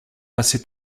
passer